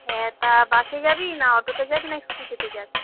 হ্যাঁ তা বাসে যাবি না অটোতে যাবি না স্কুটিতে যাবি